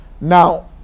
Now